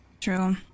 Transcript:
true